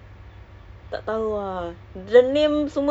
it's near uh the other side of singapore ah